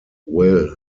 will